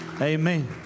Amen